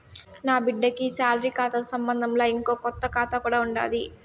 నాబిడ్డకి ఈ సాలరీ కాతాతో సంబంధంలా, ఇంకో కొత్త కాతా కూడా ఉండాది